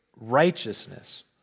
righteousness